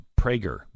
Prager